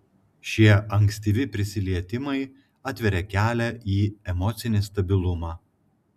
šie ankstyvi prisilietimai atveria kelią į emocinį stabilumą